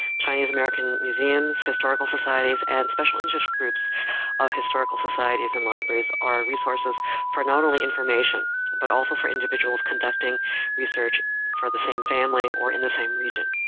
chinese-american museums, historical societies, and special interest groups of historical societies and libraries are resources for not only information but also for individuals conducting research for the same family or in the same region.